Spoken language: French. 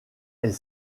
est